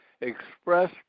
express